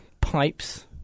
pipes